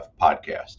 Podcast